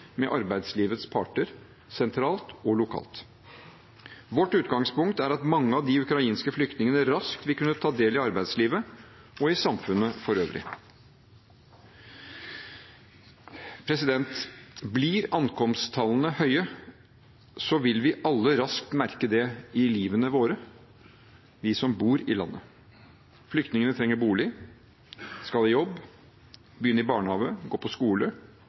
med arbeidslivets parter, sentralt og lokalt. Vårt utgangspunkt er at mange av de ukrainske flyktningene raskt vil kunne ta del i arbeidslivet og i samfunnet for øvrig. Blir ankomsttallene høye, vil vi alle raskt merke det i livet vårt, vi som bor i landet. Flyktningene trenger bolig, de skal i jobb, begynne i barnehage, gå på skole,